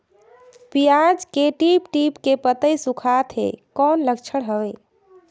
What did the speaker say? पियाज के टीप टीप के पतई सुखात हे कौन लक्षण हवे?